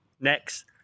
next